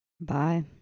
Bye